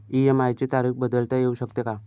EMI ची तारीख बदलता येऊ शकते का?